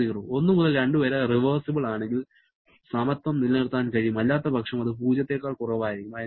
1 മുതൽ 2 വരെ റിവേഴ്സിബിൾ ആണെങ്കിൽ സമത്വം നിലനിർത്താൻ കഴിയും അല്ലാത്തപക്ഷം അത് പൂജ്യത്തേക്കാൾ കുറവായിരിക്കും